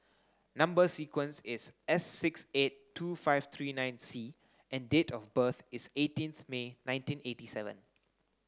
number sequence is S six eight two five three nine C and date of birth is eighteenth May nineteen eighty seven